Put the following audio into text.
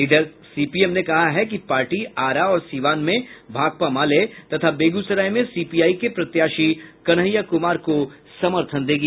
इधर सीपीएम ने कहा है कि पार्टी आरा और सिवान में भाकपा माले तथा बेगूसराय में सीपीआई के प्रत्याशी कन्हैया कुमार को समर्थन देगी